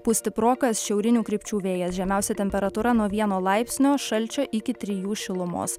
pūs stiprokas šiaurinių krypčių vėjas žemiausia temperatūra nuo vieno laipsnio šalčio iki trijų šilumos